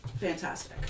Fantastic